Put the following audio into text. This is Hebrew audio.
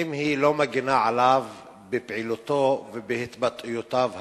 אם היא לא מגינה עליו בפעילותו ובהתבטאויותיו והפוליטיות?